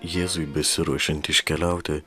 jėzui besiruošiant iškeliauti